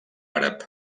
àrab